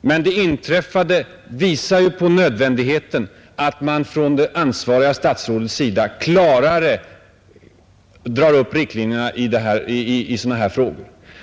men det inträffade visar ju på nödvändigheten att man från det ansvariga statsrådets sida klarare drar upp riktlinjerna i sådana här frågor.